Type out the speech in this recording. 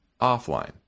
offline